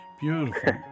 beautiful